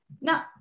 No